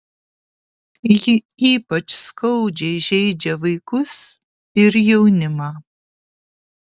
ji ypač skaudžiai žeidžia vaikus ir jaunimą